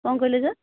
କ'ଣ କହିଲେ ସାର୍